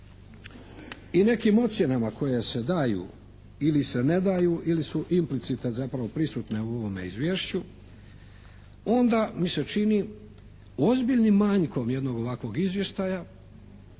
i nekim ocjenama koje se daju ili se ne daju ili su implicita zapravo prisutne u ovom izvješću onda mi se čini ozbiljnim manjkom jednog ovakvog izvještaja